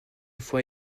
fois